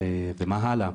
ומה הלאה?